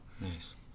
Nice